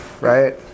right